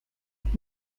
und